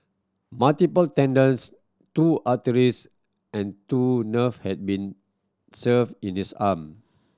multiple tendons two arteries and two nerve had been severed in his arm